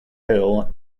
hill